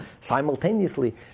simultaneously